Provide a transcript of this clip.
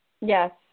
Yes